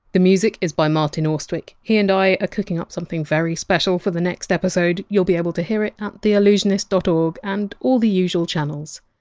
the music is by martin austwick. he and i are cooking up something very special for the next episode. you! ll be able to hear it at theallusionist dot org and all the usual channels